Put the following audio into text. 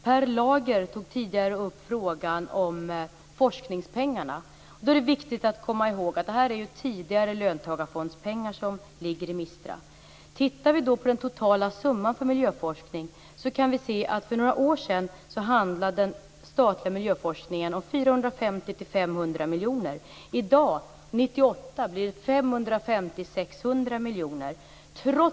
Per Lager tog tidigare upp frågan om forskningspengarna. Då är det viktigt att komma ihåg att det är tidigare löntagarfondspengar som ligger i Mistra. Om vi ser på den totala summan för miljöforskning kan vi se att den statliga miljöforskningen hade 450-500 miljoner kronor till sitt förfogande. 1998 handlar det om 550-600 miljoner kronor.